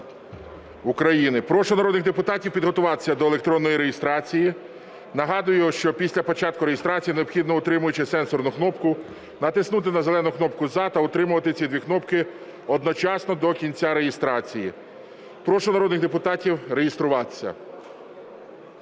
Прошу народних депутатів підготуватися до електронної реєстрації. Нагадую, що після початку реєстрації необхідно, утримуючи сенсорну кнопку, натиснути на зелену кнопку "За" та утримувати ці дві кнопки одночасно до кінця реєстрації. Прошу народних депутатів реєструватися.